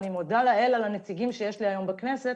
אני מודה לאל על הנציגים שיש לי היום בכנסת